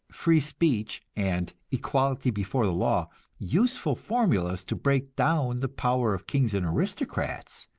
free speech and equality before the law useful formulas to break down the power of kings and aristocrats,